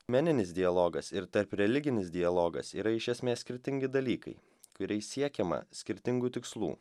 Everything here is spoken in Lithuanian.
meninis dialogas ir tarpreliginis dialogas yra iš esmės skirtingi dalykai kuriais siekiama skirtingų tikslų